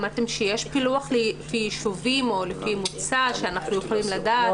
אמרתם שיש פילוח לישובים או לפי מוצא אותו אנחנו יכולים לדעת.